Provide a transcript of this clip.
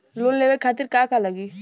Loan लेवे खातीर का का लगी?